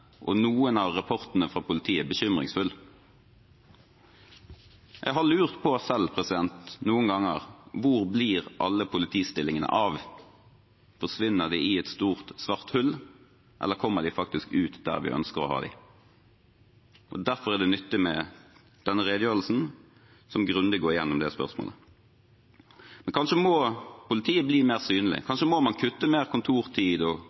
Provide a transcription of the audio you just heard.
og noen av rapportene fra politiet bekymringsfulle. Jeg har selv noen ganger lurt på hvor alle politistillingene blir av. Forsvinner de i et stort, svart hull, eller kommer de faktisk ut der vi ønsker å ha dem? Derfor er det nyttig med denne redegjørelsen, som grundig går gjennom det spørsmålet. Kanskje må politiet bli mer synlig, kanskje må man kutte mer kontortid,